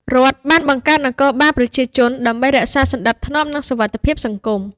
រដ្ឋបានបង្កើត "នគរបាលប្រជាជន" ដើម្បីរក្សាសណ្តាប់ធ្នាប់ និងសុវត្ថិភាពសង្គម។